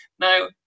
Now